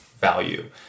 value